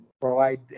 provide